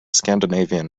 scandinavian